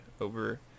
over